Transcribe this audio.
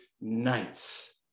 nights